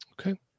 Okay